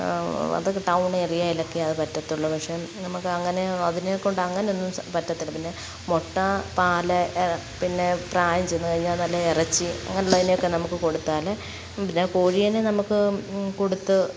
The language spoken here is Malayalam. അതൊക്കെ ടൗണേരിയയിലൊക്കെ അത് പറ്റത്തുള്ളു പക്ഷേ നമുക്ക് അങ്ങനെ അതിനെക്കൊണ്ട് അങ്ങനെ ഒന്നും പറ്റത്തില്ല പിന്നെ മുട്ട പാൽ പിന്നെ പ്രായം ചെന്നു കഴിഞ്ഞാൽ നല്ല ഇറച്ചി അങ്ങനെയുള്ളതിനെയൊക്കെ നമുക്ക് കൊടുത്താൽ പിന്നെ കോഴിയിനെ നമുക്ക് കൊടുത്ത്